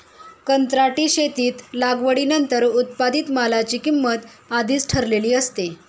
कंत्राटी शेतीत लागवडीनंतर उत्पादित मालाची किंमत आधीच ठरलेली असते